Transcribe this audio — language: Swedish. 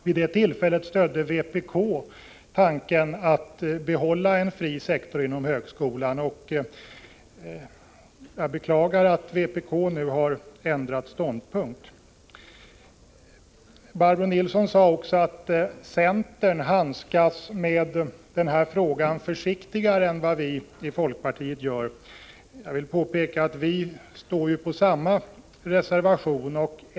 Vid det tillfället stödde vpk tanken att behålla en fri sektor inom högskolan. Jag beklagar att vpk nu har ändrat ståndpunkt. Barbro Nilsson sade också att centern handskas försiktigare med denna fråga än vad vi i folkpartiet gör. Jag vill påpeka att vi står för samma reservation.